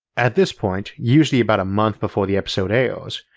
at this point, usually about a month before the episode airs,